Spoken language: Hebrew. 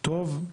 טוב,